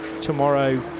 tomorrow